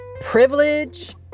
privilege